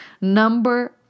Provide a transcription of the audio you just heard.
Number